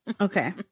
okay